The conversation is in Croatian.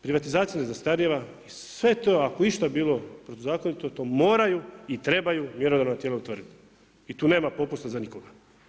Privatizacija ne zastarijeva i sve to ako je išta bilo protuzakonito to moraju i trebaju mjerodavna tijela utvrditi i tu nema popusta za nikoga.